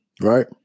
Right